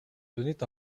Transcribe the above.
donnait